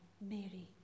mary